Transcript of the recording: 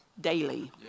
daily